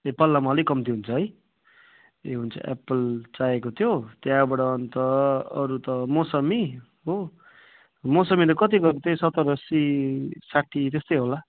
ए पल्लामा अलिक कम्ती हुन्छ है ए हुन्छ एप्पल चाहिएको थियो त्यहाँबाट अन्त अरू त मौसमी हो मौसमी त कति गरेर त्यही सत्तर अस्सी साठी त्यस्तै होला